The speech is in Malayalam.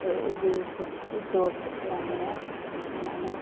ഉപയോഗിക്കും ഇട്ട് കൊടുത്തിട്ട് അങ്ങനെ ഞാൻ